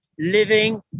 living